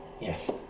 Yes